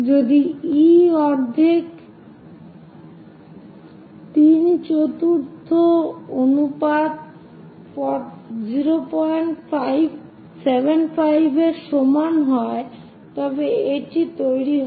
যদি e অর্ধেক তিন চতুর্থ অনুপাত 075 এর সমান হয় তবে এটি তৈরি হয়